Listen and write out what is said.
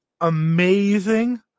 Amazing